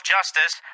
Justice